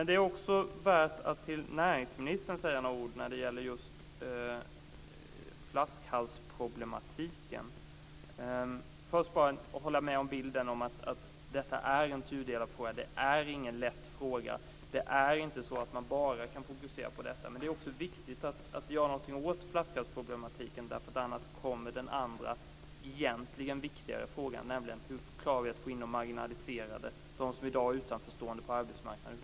Det är också värt att till näringsministern säga några ord när det gäller just flaskhalsproblematiken. Jag vill först säga att jag håller med om bilden av att det här är en tudelad fråga. Det är ingen lätt fråga. Man kan inte bara fokusera på detta. Men det är också viktigt att göra någonting åt flaskhalsproblematiken. Annars kommer vi inte till den andra egentligen viktigare frågan, nämligen hur vi klarar av att få in de marginaliserade i arbetslivet, de som i dag är utanförstående på arbetsmarknaden.